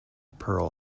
pearl